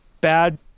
bad